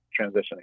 transitioning